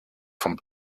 vom